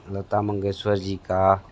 लता मंगेशकर जी का